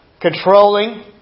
Controlling